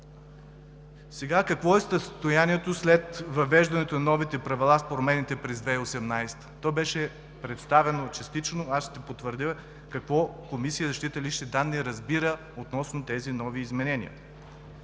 данни. Какво е състоянието след въвеждането на новите правила с промените през 2018 г.? То беше представено частично, аз ще потвърдя какво Комисията за защита на личните данни разбира относно тези нови изменения.